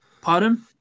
Pardon